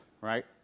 right